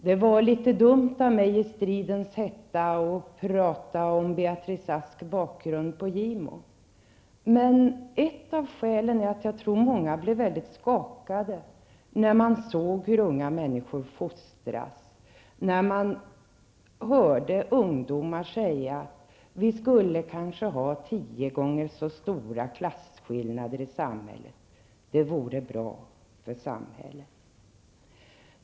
Det var litet dumt av mig att i stridens hetta prata om Beatrice Asks bakgrund på Gimo. Men ett av skälen är att jag tror att många blev väldigt skakade när de såg hur unga människor fostras, när de hörde ungdomar säga att vi kanske skulle ha tio gånger så stora klasskillnader i samhället. Det vore bra för samhället.